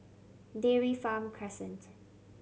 Dairy Farm Crescent